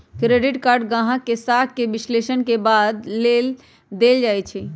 credit card गाहक के साख के विश्लेषण के बाद देल जाइ छइ